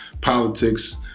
politics